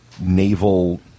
naval